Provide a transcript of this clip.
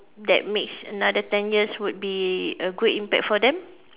that makes another ten years would be a great impact for them